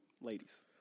ladies